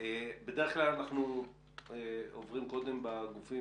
בדרך כלל אנחנו עוברים קודם בגופים